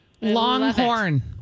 Longhorn